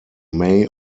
may